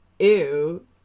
Ew